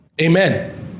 amen